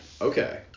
okay